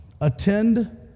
Attend